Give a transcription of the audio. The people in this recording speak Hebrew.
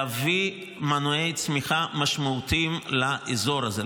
יביא מנועי צמיחה משמעותיים לאזור הזה.